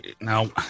now